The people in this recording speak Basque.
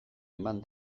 eman